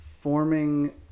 forming